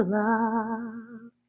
love